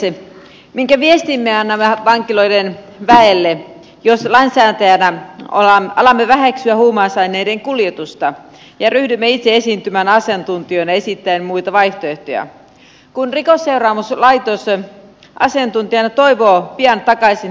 minkä viestin me annamme vankiloiden väelle jos lainsäätäjänä alamme väheksyä huumausaineiden kuljetusta ja ryhdymme itse esiintymään asiantuntijoina esittäen muita vaihtoehtoja kun rikosseuraamuslaitos asiantuntijana toivoo pian takaisin haalareiden käyttöä